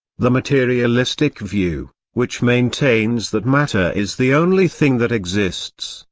the materialistic view which maintains that matter is the only thing that exists,